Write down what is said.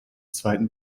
zweiten